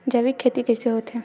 जैविक खेती कइसे होथे?